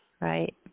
right